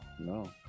no